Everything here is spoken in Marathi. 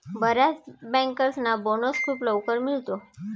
बर्याच बँकर्सना बोनस खूप लवकर मिळतो